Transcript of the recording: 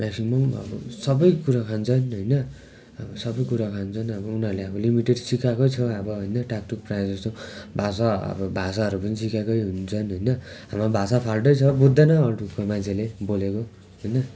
maximum अब सबै कुरो खान्छन् होइन अब सबै कुरा खान्छन् अब उनीहरूले अब लिमिटेड सिकाको छ अब होइन टाकटुक प्रायः जस्तो भाषा अब भाषाहरू पनि सिकाएकै हुन्छन् होइन हाम्रो भाषा फाल्टै छ बुझ्दैन अरू ठाउँको मान्छेले बोलेको होइन